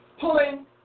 pulling